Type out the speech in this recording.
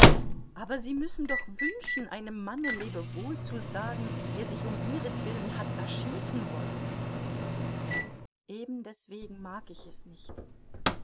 aber sie müssen doch wünschen einem manne lebewohl zu sagen der sich um ihretwillen hat erschießen wollen eben deswegen mag ich es nicht